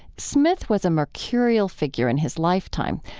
smith was a mercurial figure in his lifetime,